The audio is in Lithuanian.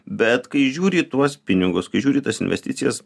bet kai žiūri į tuos pinigus kai žiūri į tas investicijas